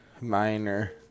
minor